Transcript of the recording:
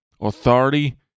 authority